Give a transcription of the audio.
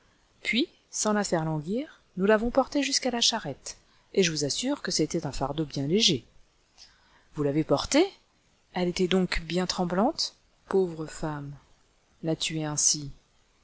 puis sans la faire languir nous l'avons portée jusqu'à la charrette et je vous assure que c'était un fardeau bien léger vous l'avez portée elle était donc bien tremblante pauvre femme la tuer ainsi